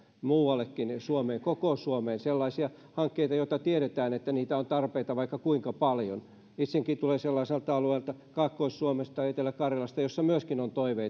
muuallekin suomeen koko suomeen sellaisia hankkeita joista tiedetään että tarpeita on vaikka kuinka paljon itsekin tulen sellaiselta alueelta kaakkois suomesta etelä karjalasta jossa myöskin on toiveita